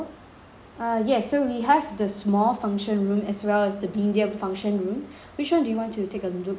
uh yes so we have the small function room as well as the medium function room which one do you want to take a look at